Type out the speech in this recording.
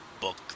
book